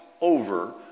over